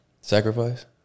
Sacrifice